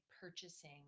purchasing